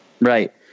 Right